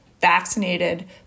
vaccinated